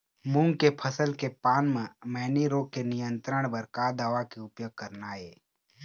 मूंग के फसल के पान म मैनी रोग के नियंत्रण बर का दवा के उपयोग करना ये?